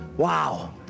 Wow